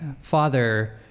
father